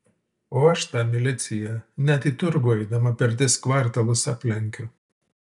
o aš tą miliciją net į turgų eidama per tris kvartalus aplenkiu